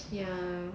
ya